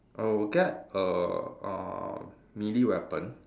I will get a uh melee weapon